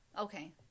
okay